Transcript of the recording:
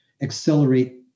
accelerate